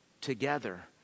together